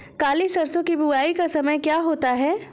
काली सरसो की बुवाई का समय क्या होता है?